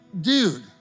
dude